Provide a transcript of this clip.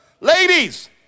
Ladies